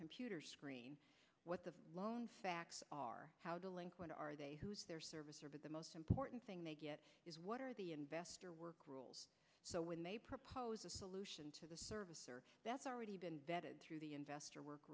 computer screen what the lone facts are how delinquent are they who is their service are but the most important thing they get is what are the investor work rules so when they propose a solution to the servicer that's already been vetted through the investor work